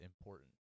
important